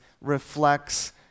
reflects